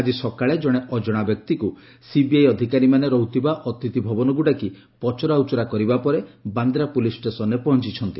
ଆଜି ସକାଳେ ଜଣେ ଅଜଣା ବ୍ୟକ୍ତିଙ୍କୁ ସିବିଆଇ ଅଧିକାରୀମାନେ ରହୁଥିବା ଅତିଥି ଭବନକୁ ଡାକି ପଚରା ଉଚରା କରିବା ପରେ ବାନ୍ଦ୍ରା ପୁଲିସ୍ ଷ୍ଟେସନ୍ରେ ପହଞ୍ଚ ଛନ୍ତି